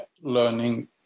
learning